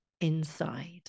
inside